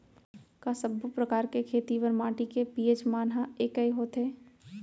का सब्बो प्रकार के खेती बर माटी के पी.एच मान ह एकै होथे?